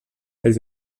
els